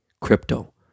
crypto